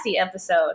episode